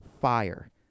fire